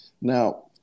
Now